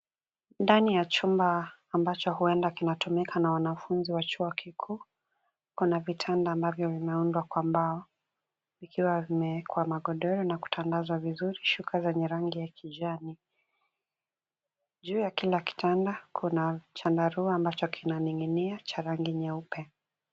Ndani ya chumba ambacho huenda kinatumika na wanafunzi wa chuo kikuu, kuna vitanda ambavyo vimeundwa kwa mbao ikiwa vimeekwa magodoro na kutadazwa vizuri shuka zenye rangi ya kijani, Juu ya kila kitanda kuna chandarua ambacho kinaning'inia cha rangi nyeupe.